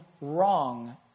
wrong